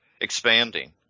expanding